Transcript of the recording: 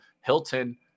Hilton